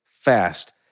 fast